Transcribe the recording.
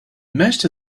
most